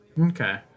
Okay